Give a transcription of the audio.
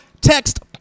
text